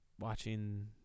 Watching